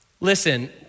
Listen